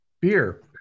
beer